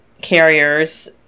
carriers